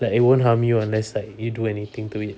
like it won't harm you unless you do anything to it